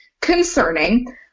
concerning